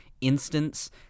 instance